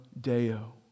Deo